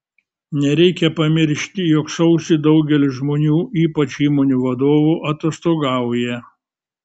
nereikia pamiršti jog sausį daugelis žmonių ypač įmonių vadovų atostogauja